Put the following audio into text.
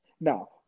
Now